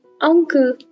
uncle